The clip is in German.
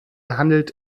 handelt